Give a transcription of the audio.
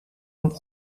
een